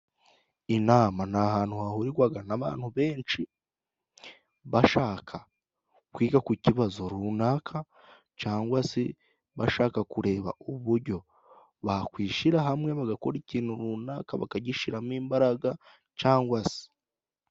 Inama nta ahantu hahurirwaga n'abantu benshi, bashaka kwiga ku kibazo runaka, cangwa se bashaka kureba uburyo bakwishyira hamwe bagakora, ikintu runaka bakagishyiramo imbaraga cangwa se.